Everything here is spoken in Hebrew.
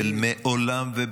ומעולם --- המסורתיים.